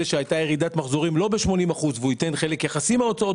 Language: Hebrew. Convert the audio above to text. שהייתה ירידת מחזורים לא ב-80% והוא ייתן חלק יחסי מן ההוצאות